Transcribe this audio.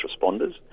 responders